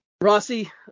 Rossi